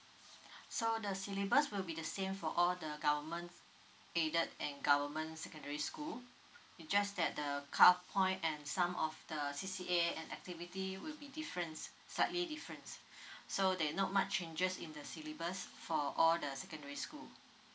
so the syllabus will be the same for all the government aided and government secondary school it just that the calf point and some of the C_C_A and activity would be difference slightly difference so there not much changes in the syllabus for all the secondary school